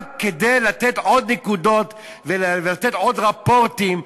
רק כדי לתת עוד נקודות ולתת עוד רפורטים.